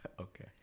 Okay